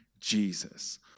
Jesus